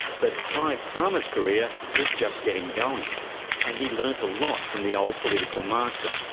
but clive palmer's career was just getting going and he learnt a lot from the old political master.